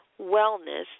Wellness